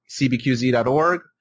cbqz.org